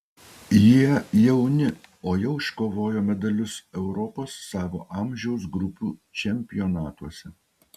jie jauni o jau iškovojo medalius europos savo amžiaus grupių čempionatuose